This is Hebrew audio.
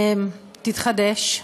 תתחדש.